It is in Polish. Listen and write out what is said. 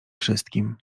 wszystkim